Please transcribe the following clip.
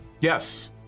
Yes